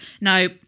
no